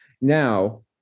Now